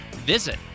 visit